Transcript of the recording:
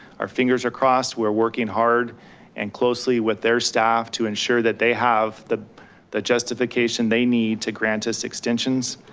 our fingers are crossed, we're working hard and closely with their staff to ensure that they have the justification they need to grant us extensions.